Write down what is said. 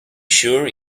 sure